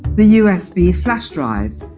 the usb flash drive